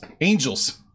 Angels